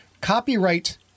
copyright